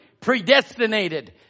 predestinated